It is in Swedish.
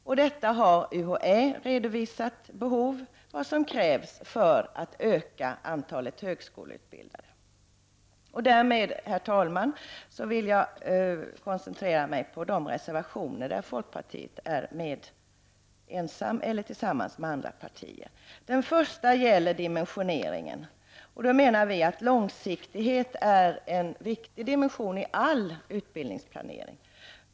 UHÄ har redovisat vad som krävs för att öka antalet högskoleutbildade. Herr talman! Därmed vill jag koncentrera mig på de reservationer som folkpartiet avgivit ensamt eller tillsammans med andra partier. Reservation 1 gäller dimensioneringen. Långsiktighet är en viktig dimension i all utbildningsplanering.